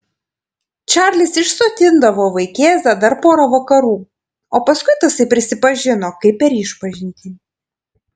čarlis išsodindavo vaikėzą dar pora vakarų o paskui tasai prisipažino kaip per išpažintį